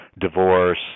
divorce